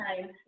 time